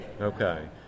Okay